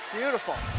beautiful